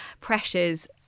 pressures